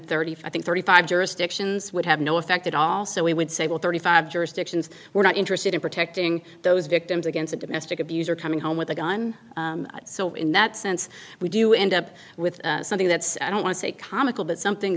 thirty five think thirty five jurisdictions would have no effect at all so we would say well thirty five jurisdictions we're not interested in protecting those victims against domestic abuse or coming home with a gun so in that sense we do end up with something that's i don't want to say comical but something